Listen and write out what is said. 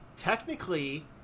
Technically